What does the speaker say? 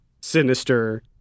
Sinister